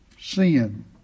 sin